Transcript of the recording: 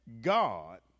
God